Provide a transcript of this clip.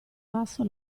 passo